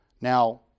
Now